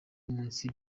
munsi